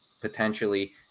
potentially